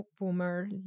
boomer